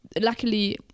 luckily